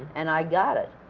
and i got it,